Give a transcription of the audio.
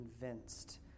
convinced